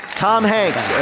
tom hanks